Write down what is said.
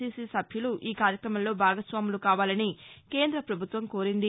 చీజజ సభ్యులు ఈకార్యక్రమంలో భాగస్వాములు కావాలని కేంద్ర పభుత్వం కోరింది